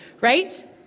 right